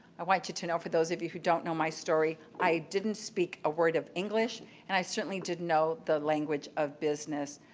i want you to know for those of you who don't know my story. i didn't speak a word of english and i certainly didn't know the language of business.